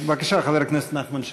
בבקשה, חבר הכנסת נחמן שי.